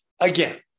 again